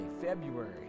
February